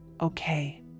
Okay